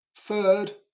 Third